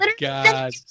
god